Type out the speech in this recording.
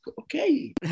Okay